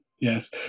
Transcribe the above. yes